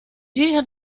sicher